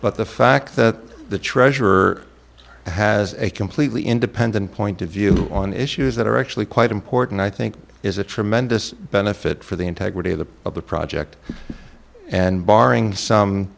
but the fact that the treasurer has a completely independent point of view on issues that are actually quite important i think is a tremendous benefit for the integrity of the of the project and barring some